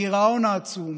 הגירעון העצום,